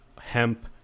hemp